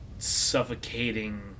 suffocating